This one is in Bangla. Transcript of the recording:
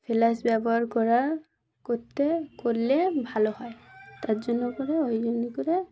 ফ্ল্যাশ ব্যবহার করা করতে করলে ভালো হয় তার জন্য করে ওই জন্যই করে